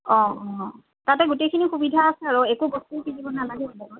অঁ অঁ তাতে গোটেইখিনি সুবিধা আছে আৰু একো বস্তু কিনিব নালাগে